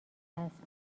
است